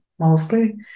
mostly